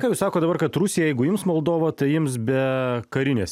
ką jūs sakot dabar kad rusija jeigu ims moldovą tai ims be karinės